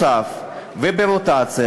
ברוטציה.